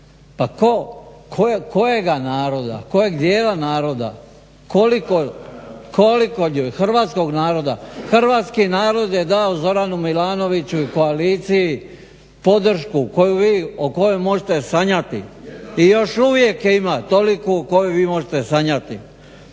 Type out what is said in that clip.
Pa kojega naroda? Kojeg dijela naroda? Koliko? Hrvatskog naroda? Hrvatski narod je dao Zoranu Milanoviću i koaliciji podršku koju vi o kojoj možete sanjati i još uvijek je ima toliku koju vi možete sanjati.